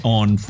on